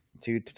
two